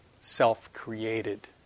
self-created